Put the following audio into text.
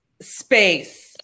Space